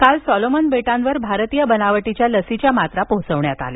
काल सोलोमन बेटांवर भारतीय बनावटीच्या लसीच्या मात्रा पोहोचविण्यात आल्या